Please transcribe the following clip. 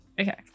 okay